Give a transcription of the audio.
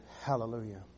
Hallelujah